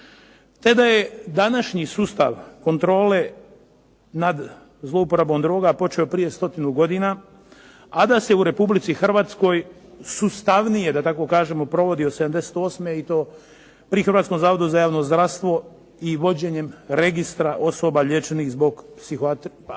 te da je današnji sustav kontrole nad zlouporabom droga počeo je prije stotinu godina, a da se u Republici Hrvatskoj sustavnije, da tako kažemo provodi od '78. i to pri Hrvatskom zavodu za javno zdravstvo i vođenjem registra osoba liječenih zbog aktivnih